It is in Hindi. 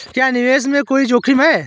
क्या निवेश में कोई जोखिम है?